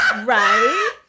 Right